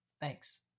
Thanks